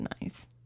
nice